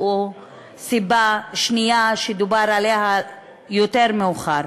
או הסיבה השנייה שדובר עליה יותר מאוחר,